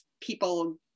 people